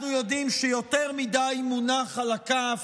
אנחנו יודעים שיותר מדי מונח על הכף,